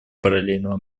параллельного